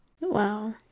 Wow